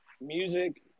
music